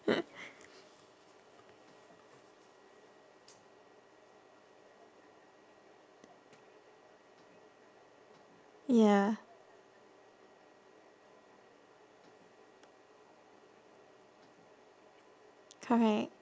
ya correct